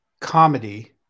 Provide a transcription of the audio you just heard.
comedy